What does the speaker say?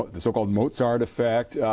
the so-called mozart effect.